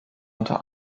unter